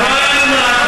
לא היה נומרטור.